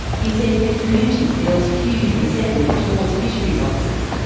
he says the community feels huge resentment towards fisheries officers.